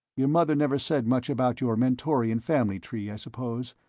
your mother never said much about your mentorian family tree, i suppose?